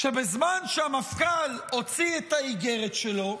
שבזמן שהמפכ"ל הוציא את האיגרת שלו,